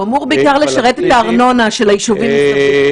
הוא אמור בעיקר לשרת את הארנונה של היישובים מסביב.